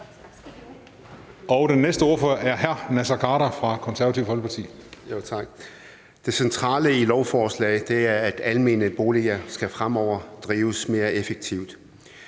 Det centrale i lovforslaget er, at almene boliger fremover skal drives mere effektivt.